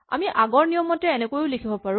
আমি আমাৰ আগৰ নিয়মমতে এনেকৈয়ো লিখিব পাৰো